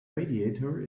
radiator